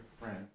friend